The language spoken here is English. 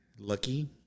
lucky